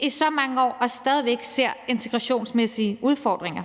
i så mange år har set og stadig væk ser integrationsmæssige udfordringer.